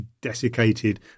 desiccated